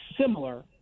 similar